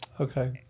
Okay